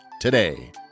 today